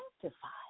sanctified